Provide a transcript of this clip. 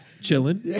Chilling